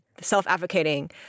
self-advocating